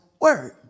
word